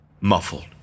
Muffled